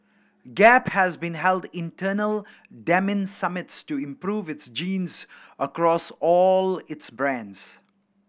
gap has even held internal denim summits to improve its jeans across all its brands